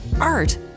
Art